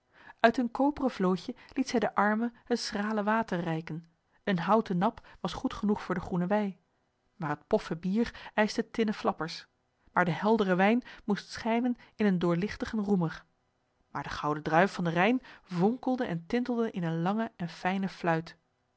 uit een koperen vlootje liet zij den arme het schrale water reiken een houten nap was goed genoeg voor de groene wei maar het poffe bier eischte tinnen flappers maar de heldere wijn moest schijnen in een doorlichtigen roemer maar de gouden druif van den r h i j n vonkelde en tintelde in eene lange en fijne fluit